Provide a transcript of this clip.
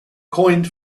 coined